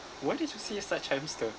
where did you see such hamster